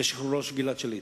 בשחרורו של גלעד שליט.